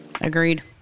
Agreed